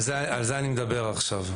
על זה אני מדבר עכשיו.